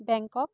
Bangkok